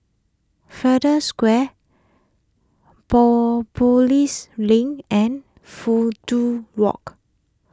Flanders Square Link and Fudu Walk